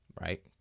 right